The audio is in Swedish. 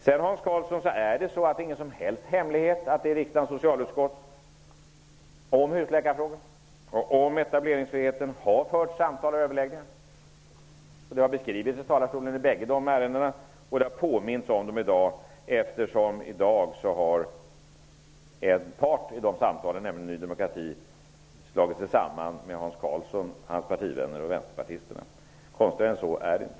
Det är ingen hemlighet, Hans Karlsson, att det i riksdagens socialutskott har förts samtal och överläggningar om husläkarfrågan och etableringsfriheten. Det har beskrivits i talarstolen i båda dessa ärenden. Det har påmints om det i dag. I dag har en part i de samtalen, nämligen Ny demokrati, slagit sig samman med Hans Karlsson och hans partivänner och vänsterpartisterna. Konstigare än så är det inte.